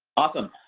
awesome.